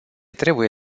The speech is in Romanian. trebuie